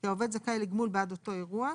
כי העובד זכאי לגמול בעד אותו אירוע,